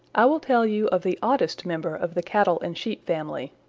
i will tell you of the oddest member of the cattle and sheep family.